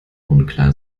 unklar